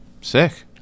Sick